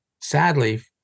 sadly